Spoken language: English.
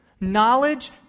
Knowledge